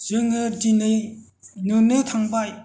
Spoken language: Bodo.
जोङो दिनै नुनो थांबाय